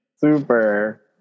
Super